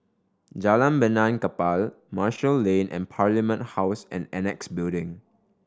Jalan Benaan Kapal Marshall Lane and Parliament House and Annexe Building